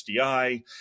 SDI